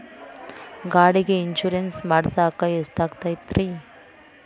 ಗಾಡಿಗೆ ಇನ್ಶೂರೆನ್ಸ್ ಮಾಡಸಾಕ ಎಷ್ಟಾಗತೈತ್ರಿ?